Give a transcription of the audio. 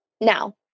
Now